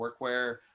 workwear